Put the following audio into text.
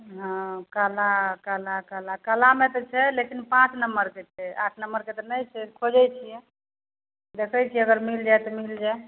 हँ काला काला काला कालामे तऽ छै लेकिन पाँच नम्बरके छै आठ नम्बरके तऽ नहि छै खोजै छिए देखै छिए अगर मिलि जाए तऽ मिलि जाए